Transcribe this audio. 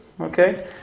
okay